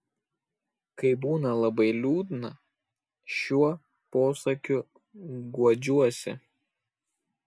kai būna labai liūdna šiuo posakiu guodžiuosi